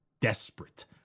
desperate